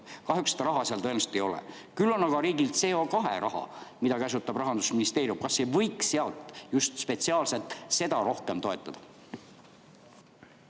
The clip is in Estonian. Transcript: Kahjuks seda raha seal tõenäoliselt ei ole. Küll on aga riigil CO2raha, mida käsutab Rahandusministeerium. Kas ei võiks sealt just spetsiaalselt seda rohkem toetada?